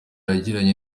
yagiranye